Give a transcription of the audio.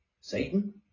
Satan